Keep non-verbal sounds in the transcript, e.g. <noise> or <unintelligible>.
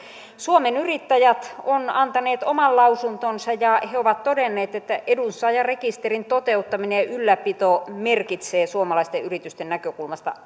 suomen yrittäjät on antanut oman lausuntonsa ja he ovat todenneet että edunsaajarekisterin toteuttaminen ja ylläpito merkitsee suomalaisten yritysten näkökulmasta <unintelligible>